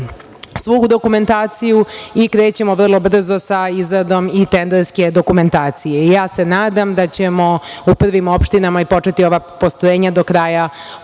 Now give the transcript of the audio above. svu dokumentaciju i krećemo vrlo brzo sa izradom i tenderske dokumentacije. Ja se nadam da ćemo u prvim opštinama i početi ova postrojenja do kraja